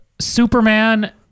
Superman